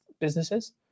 businesses